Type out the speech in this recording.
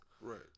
right